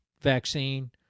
vaccine